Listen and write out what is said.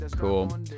Cool